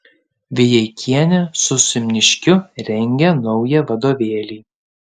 vijeikienė su simniškiu rengia naują vadovėlį